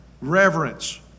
reverence